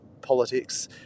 politics